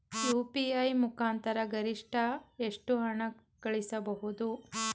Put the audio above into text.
UPI ಮುಖಾಂತರ ಗರಿಷ್ಠ ಎಷ್ಟು ಹಣ ಕಳಿಸಬಹುದು?